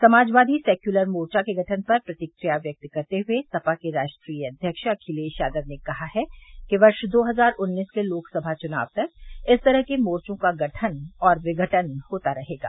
Samajwadi secular Morcha के गठन पर प्रतिक्रिया व्यक्त करते हुए सपा के राष्ट्रीय अध्यक्ष अखिलेश यादव ने कहा है कि दो हजार उन्नीस के लोकसभा चुनाव तक इस तरह के मोर्चो का गठन और विघटन होता रहेगा